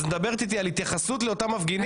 אז את מדברת איתי על התייחסות לאותם מפגינים?